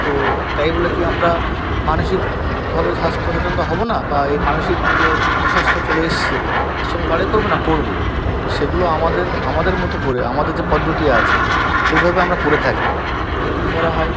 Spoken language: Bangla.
তো তাই বলে কি আমরা মানসিক ভাবে স্বাস্থ্য সচেতনতা হব না বা এই মানসিক যে অস্বাস্থ্য চলে এসেছে এর সঙ্গে লড়াই করব না করব তো সেগুলো আমাদের আমাদের মতো করে আমাদের যে পদ্ধতি আছে সেইভাবে আমরা করে থাকি তো কী করা হয়